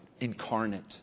incarnate